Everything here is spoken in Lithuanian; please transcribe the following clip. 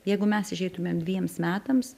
jeigu mes išeitumėm dvejiems metams